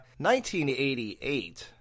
1988